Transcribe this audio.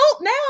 now